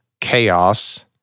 chaos